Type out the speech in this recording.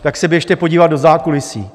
Tak se běžte podívat do zákulisí.